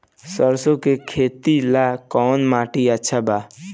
सरसों के खेती ला कवन माटी अच्छा बा?